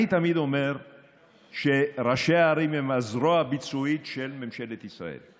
אני תמיד אומר שראשי הערים הם הזרוע הביצועית של ממשלת ישראל.